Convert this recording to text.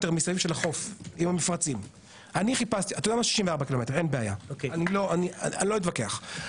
64. אני לא אתווכח.